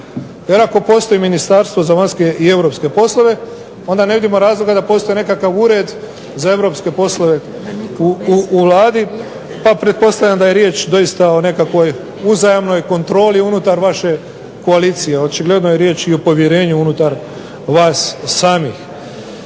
Jer ako postoji Ministarstvo za vanjske i europske poslove onda ne vidimo razloga da postoji nekakav Ured za europske poslove u Vladi. Pa pretpostavljam da je riječ doista o nekakvoj uzajamnoj kontroli unutar vaše koalicije, očigledno je riječ o povjerenju unutar vas samih.